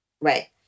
right